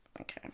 okay